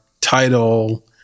title